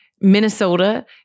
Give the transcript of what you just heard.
Minnesota